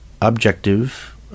objective